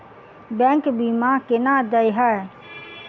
Bank बीमा केना देय है?